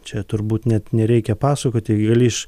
čia turbūt net nereikia pasakoti gali iš